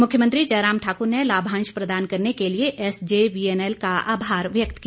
मुख्यमंत्री जयराम ठाकुर ने लाभांश प्रदान करने के लिए एसजे वीएनएल का आभार व्यक्त किया